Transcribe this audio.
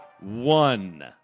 one